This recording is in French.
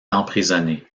emprisonné